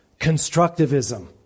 constructivism